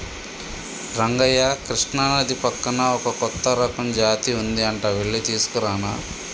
రంగయ్య కృష్ణానది పక్కన ఒక కొత్త రకం జాతి ఉంది అంట వెళ్లి తీసుకురానా